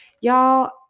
y'all